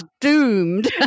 doomed